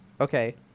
Okay